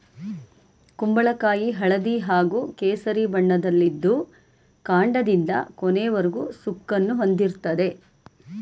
ಕುಂಬಳಕಾಯಿ ಹಳದಿ ಹಾಗೂ ಕೇಸರಿ ಬಣ್ಣದಲ್ಲಿದ್ದು ಕಾಂಡದಿಂದ ಕೊನೆಯವರೆಗೂ ಸುಕ್ಕನ್ನು ಹೊಂದಿರ್ತದೆ